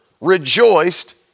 rejoiced